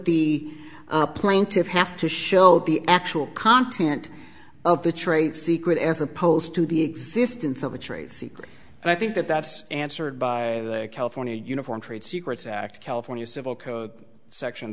plaintiffs have to show the actual content of the trade secret as opposed to the existence of a trade secret and i think that that's answered by the california uniform trade secrets act california civil code section